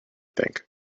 think